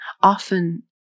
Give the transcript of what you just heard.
Often